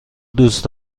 دوست